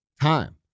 time